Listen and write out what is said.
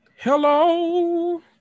Hello